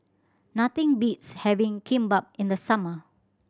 nothing beats having Kimbap in the summer